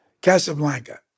Casablanca